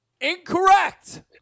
Incorrect